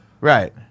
Right